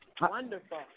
Wonderful